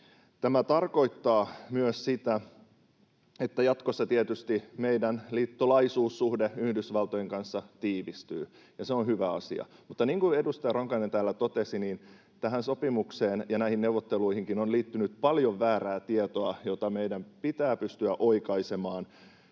Tämä tarkoittaa myös sitä, että jatkossa tietysti meidän liittolaisuussuhde Yhdysvaltojen kanssa tiivistyy, ja se on hyvä asia. Niin kuin edustaja Ronkainen täällä totesi, tähän sopimukseen ja näihin neuvotteluihinkin on liittynyt paljon väärää tietoa, jota meidän pitää pystyä oikaisemaan.